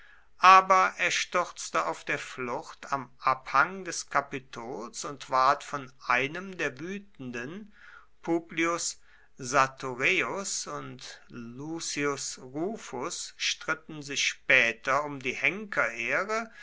aber er stürzte auf der flucht am abhang des kapitols und ward von einem der wütenden publius satureius und lucius rufus stritten sich später um die